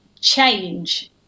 change